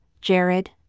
Jared